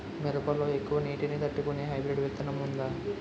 మిరప లో ఎక్కువ నీటి ని తట్టుకునే హైబ్రిడ్ విత్తనం వుందా?